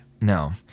No